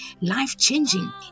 life-changing